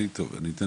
אני אתן